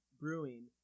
brewing